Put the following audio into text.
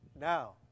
Now